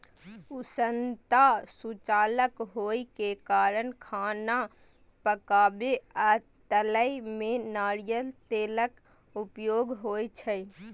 उष्णता सुचालक होइ के कारण खाना पकाबै आ तलै मे नारियल तेलक उपयोग होइ छै